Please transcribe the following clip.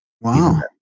Wow